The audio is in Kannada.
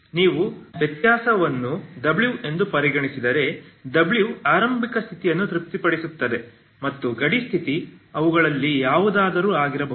ನೀವು ವ್ಯತ್ಯಾಸವನ್ನು w ಎಂದು ಪರಿಗಣಿಸಿದರೆ w ಆರಂಭಿಕ ಸ್ಥಿತಿಯನ್ನು ತೃಪ್ತಿಪಡಿಸುತ್ತದೆ ಮತ್ತು ಗಡಿ ಸ್ಥಿತಿ ಅವುಗಳಲ್ಲಿ ಯಾವುದಾದರೂ ಆಗಿರಬಹುದು